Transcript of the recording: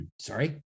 sorry